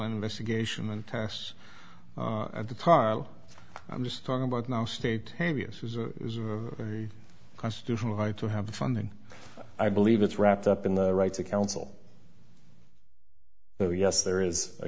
investigation and tests at the pile i'm just talking about now state habeas is a constitutional right to have the funding i believe it's wrapped up in the right to counsel so yes there is a